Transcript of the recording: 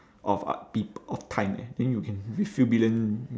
of what peop~ of time eh then you can few billion